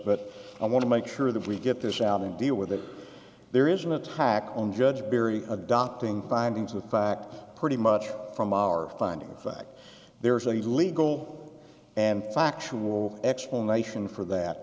but i want to make sure that we get this out and deal with it there is an attack on judge perry adopting findings of fact pretty much from our finding of fact there is a legal and factual explanation for that